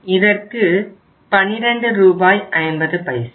இதற்கு 12 ரூபாய் 50 பைசா